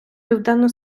південно